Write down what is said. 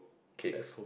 cakes